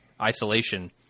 Isolation